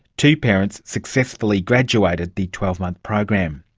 two parents successfully graduated the twelve month program.